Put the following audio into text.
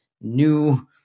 new